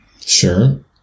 Sure